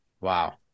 Wow